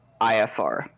IFR